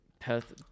Perth